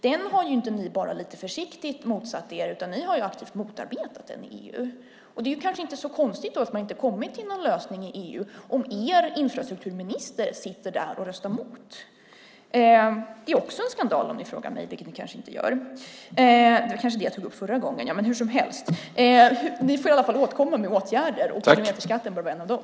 Den har ni inte bara lite försiktigt motsatt er, utan ni har aktivt motarbetat den i EU. Det är kanske inte så konstigt att man inte har kommit fram till någon lösning i EU om er infrastrukturminister sitter där och röstar mot. Det är också en skandal, om ni frågar mig, vilket ni kanske inte gör. Det kanske jag tog upp förra gången. Men hur som helst får ni återkomma med förslag till åtgärder, och kilometerskatten bör vara en av dem.